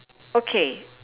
okay